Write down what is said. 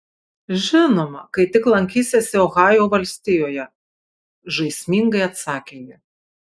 žinoma kai tik lankysiesi ohajo valstijoje žaismingai atsakė ji